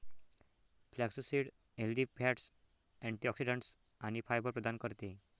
flaxseed healthy fats, antioxidants आणि fibre प्रदान करते